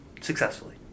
Successfully